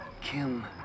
Kim